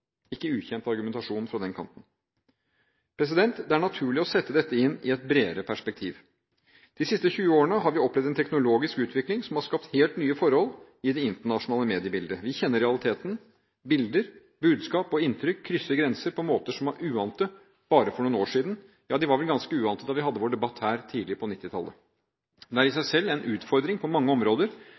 ikke ukjent argumentasjon fra den kanten. Det er naturlig å sette dette inn i et bredere perspektiv: De siste 20 årene har vi opplevd en teknologisk utvikling som har skapt helt nye forhold i det internasjonale mediebildet. Vi kjenner realiteten: Bilder, budskap og inntrykk krysser grenser på måter som var uante bare for noen år siden. Ja, de var vel ganske uante da vi hadde vår debatt her tidlig på 1990-tallet. Det er i seg selv en utfordring på mange områder